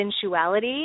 sensuality